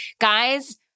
guys